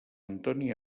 antoni